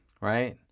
right